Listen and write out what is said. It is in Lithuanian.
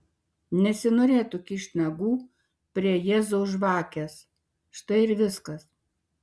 nesinorėtų kišt nagų prie jėzaus žvakės štai ir viskas